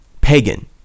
pagan